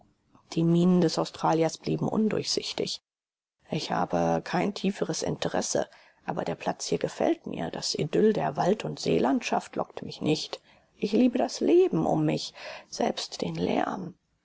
die mienen des australiers blieben undurchsichtig ich habe kein tieferes interesse aber der platz hier gefällt mir das idyll der wald und seelandschaft lockt mich nicht ich liebe das leben um mich selbst den lärm